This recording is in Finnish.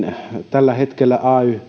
tällä hetkellä ay jäsenyysmaksu on